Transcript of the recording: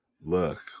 look